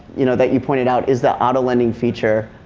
you know, that you pointed out is the auto lending feature.